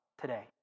today